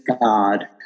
God